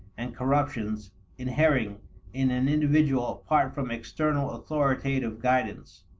and corruptions inhering in an individual apart from external authoritative guidance.